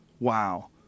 Wow